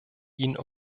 ihn